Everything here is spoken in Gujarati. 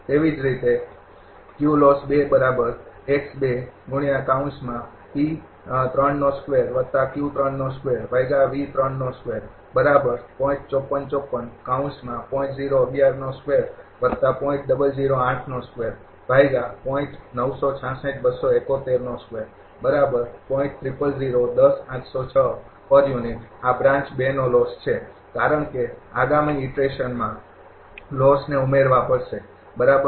તેથી તેવી જ રીતે આ બ્રાન્ચ ૨ નો લોસ છે કારણ કે આગામી ઈટરેશનમાં લોસને ઉમેરવા પડશે બરાબર